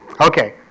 Okay